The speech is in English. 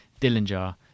Dillinger